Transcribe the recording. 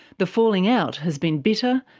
the falling out has been bitter,